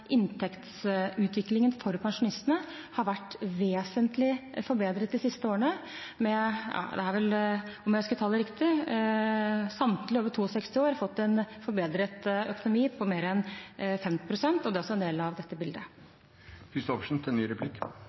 inntektsutviklingen for pensjonistene har blitt vesentlig forbedret de siste årene. Om jeg husker tallet riktig, har samtlige over 62 år fått en forbedret økonomi på mer enn 5 pst., og det er også en del av dette